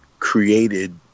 Created